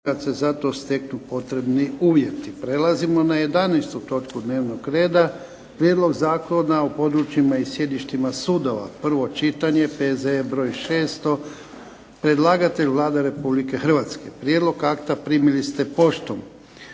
**Jarnjak, Ivan (HDZ)** Prelazimo na 11. točku dnevnog reda - Prijedlog zakona o područjima i sjedištima sudova, prvo čitanje, P.Z.E. br. 600 Predlagatelj: Vlada Republike Hrvatske. Prijedlog akta primili ste poštom.